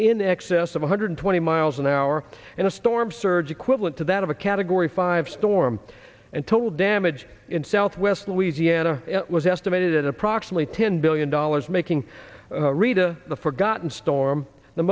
in excess of one hundred twenty miles an hour and a storm surge equivalent to that of a category five storm and total damage in southwest louisiana was estimated at approximately ten billion dollars making rita the forgotten storm the